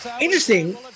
interesting